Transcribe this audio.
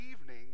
evening